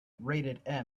rated